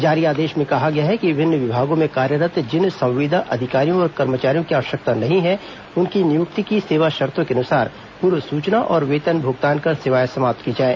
जारी आदेश में कहा गया है कि विभिन्न विभागों में कार्यरत जिन संविदा अधिकारियों व कर्मचारियों की आवश्यकता नहीं है उनकी नियुक्ति की सेवा शर्तों के अनुसार पूर्व सूचना और वेतन भुगतान कर सेवाएं समाप्त की जाए